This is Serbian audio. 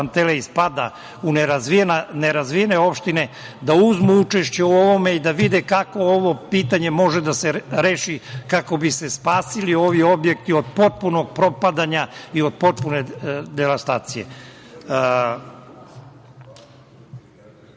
Pantelej spada u nerazvijene opštine, da uzmu učešće u ovome i da vide kako ovo pitanje može da se reši, kako bi se spasili ovi objekti od potpunog propadanja i od potpune devastacije.